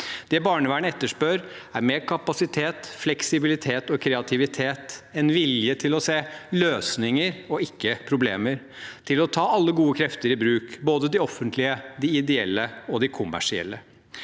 Det barnevernet etterspør, er mer kapasitet, fleksibilitet og kreativitet – en vilje til å se løsninger, ikke problemer, og til å ta alle gode krefter i bruk, både de offentlige, de ideelle og de kommersielle.